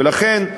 ולכן,